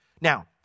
Now